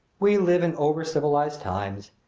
we live in overcivilized times.